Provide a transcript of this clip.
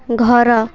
ଘର